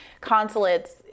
consulates